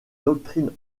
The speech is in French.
doctrines